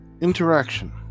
Interaction